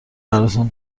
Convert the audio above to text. براتون